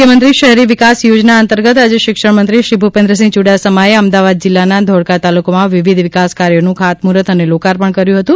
મુખ્યમંત્રી શહેરી વિકાસ યોજના અંતર્ગત આજે શિક્ષણમંત્રીશ્રી ભુપેન્દ્રસિંહ યુડાસમાએ અમદાવાદ જિલ્લાના ધોળકા તાલુકામાં વિવિધ વિકાસ કાર્યોનું ખાતમુહૂર્ત અને લોકાર્પણ કર્યું હતું